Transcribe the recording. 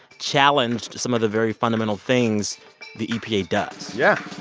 challenged some of the very fundamental things the epa does yeah